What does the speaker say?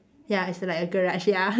ya it's like a garage ya